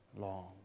long